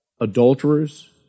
adulterers